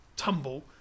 tumble